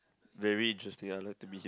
very interesting I love to meet him